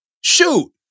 shoot